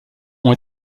ont